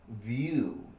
view